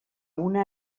una